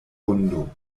vundo